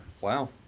Wow